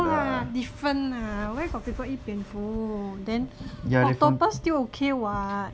no ah different ah where got people eat 蝙蝠 octopus still okay [what]